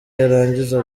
yarangiza